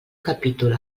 capítol